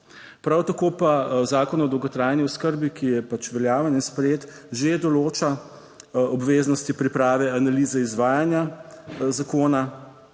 Prav tako pa Zakon o dolgotrajni oskrbi, ki je pač veljaven in sprejet že določa obveznosti priprave analize izvajanja zakona